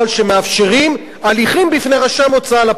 שמאפשרים הליכים בפני רשם הוצאה לפועל.